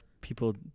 people